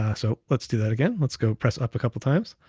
ah so let's do that again. let's go press up a couple of times.